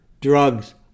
drugs